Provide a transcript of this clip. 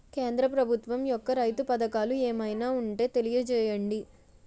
కేంద్ర ప్రభుత్వం యెక్క రైతు పథకాలు ఏమైనా ఉంటే తెలియజేయండి?